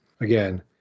again